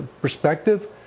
perspective